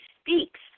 speaks